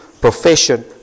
profession